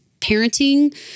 parenting